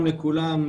לכולם,